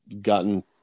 gotten